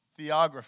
theography